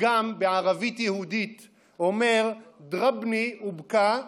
פתגם בערבית יהודית אומר: דרבני ובכה,